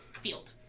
Field